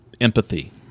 empathy